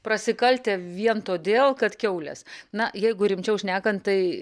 prasikaltę vien todėl kad kiaulės na jeigu rimčiau šnekant tai